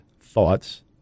thoughts